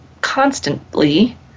constantly